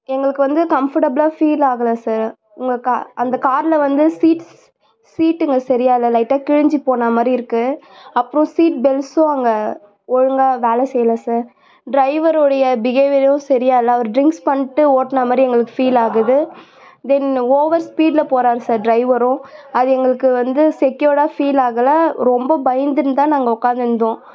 எங்களுக்கு வந்து கம்ஃபடபிளா ஃபீல் ஆகலை சார் உங்கள் அந்த காரில் வந்து சீட்ஸ் சீட்டுங்க சரியாக இல்லை லைட்டாக கிழிஞ்சு போனமாதிரி இருக்குது அப்புறம் சீட் பெல்ட்ஸும் அங்கே ஒழுங்காக வேலை செய்யல சார் டிரைவருடைய பிகேவியரும் சரியாக இல்லை அவர் ட்ரிங்ஸ் பண்ணிட்டு ஓட்டின மாரி எங்களுக்கு ஃபீல் ஆகுது தென் ஓவர் ஸ்பீடில் போகிறாரு சார் டிரைவரும் அது எங்களுக்கு வந்து செக்கியூர்டாக ஃபீல் ஆகலை ரொம்ப பயந்துன்னுதான் நாங்கள் உக்காந்துருந்தோம்